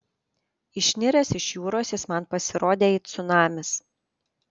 išniręs iš jūros jis man pasirodė it cunamis